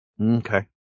Okay